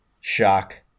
shock